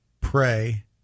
pray